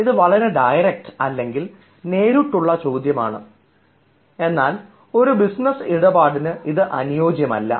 ഇത് വളരെ ഡയറക്ട് അല്ലെങ്കിൽ നേരിട്ടുള്ള ചോദ്യമാണ് എന്നാൽ ഒരു ബിസിനസ് ഇടപാടിന് ഇത് അനുയോജ്യമല്ല